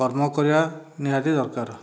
କର୍ମ କରିବା ନିହାତି ଦରକାର